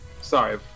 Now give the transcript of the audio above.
sorry